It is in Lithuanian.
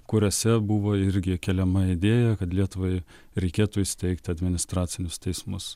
kuriuose buvo irgi keliama idėja kad lietuvai reikėtų įsteigt administracinius teismus